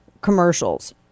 commercials